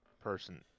person